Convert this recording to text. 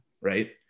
Right